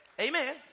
Amen